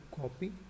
copy